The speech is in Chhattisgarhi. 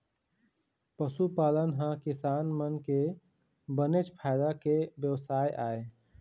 पशुपालन ह किसान मन के बनेच फायदा के बेवसाय आय